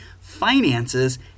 finances